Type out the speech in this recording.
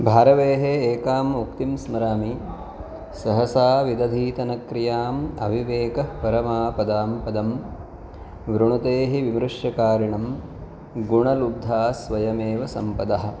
भारवेः एकाम् उक्तिं स्मरामि सहसा विदधीत न क्रियाम् अविवेकः परमापदां पदं वृणुते हि विमृश्यकारिणं गुणलुब्धास्स्वयमेव सम्पदः